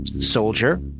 soldier